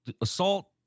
assault